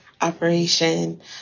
operation